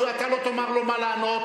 אתה לא תאמר לו מה לענות.